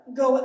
go